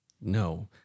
No